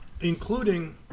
Including